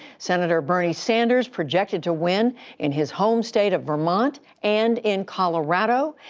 senator bernie sanders projected to win in his home state of vermont and in colorado.